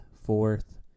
fourth